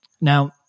Now